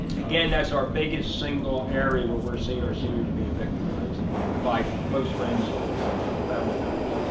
again, that's our biggest single area where we're seeing our seniors being victimized by close friends or or you know family members.